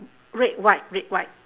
red white red white